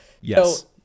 Yes